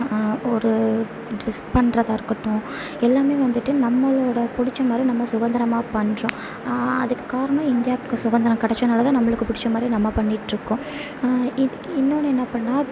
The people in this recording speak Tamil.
ஒரு ட்ரெஸ் பண்ணுறதா இருக்கட்டும் எல்லாமே வந்துட்டு நம்மளோட பிடிச்ச மாதிரி நம்ம சுதந்திரமா பண்ணுறோம் அதுக்கு காரணம் இந்தியாவுக்கு சுதந்திரம் கிடச்சனால தான் நம்மளுக்கு பிடிச்ச மாதிரி நம்ம பண்ணிட் இருக்கோம் இன் இன்னோன்று என்ன அப்புன்னா